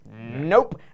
nope